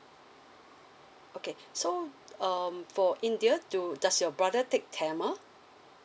okay so um for india do does your brother take tamil